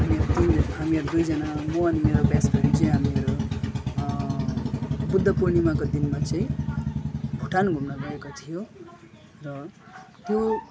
हामीहरू तिनजना हामीहरू दुईजना म अनि मेरो बेस्ट फ्रेन्ड चाहिँ हामीहरू बुद्ध पूर्णिमाको दिनमा चाहिँ भुटान घुम्न गएको थियौँ र त्यो